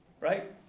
right